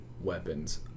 weapons